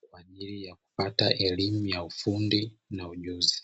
kwa ajili ya kupata elimu ya ufundi na ujuzi.